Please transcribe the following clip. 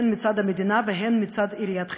הן מצד המדינה והן מצד עיריית חיפה.